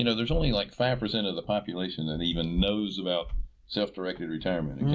you know, there is only like five percent of the population that even knows about self-directed retirement.